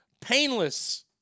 painless